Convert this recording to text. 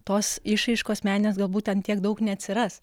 tos išraiškos meninės gal būt ten tiek daug neatsiras